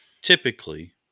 typically